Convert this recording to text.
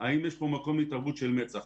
האם יש כאן מקום להתערבות של מצ"ח.